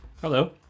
Hello